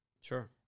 Sure